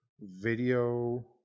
video